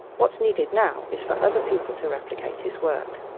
what's needed now is for other people to replicate his work.